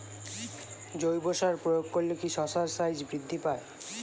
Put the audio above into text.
জৈব সার প্রয়োগ করলে কি শশার সাইজ বৃদ্ধি পায়?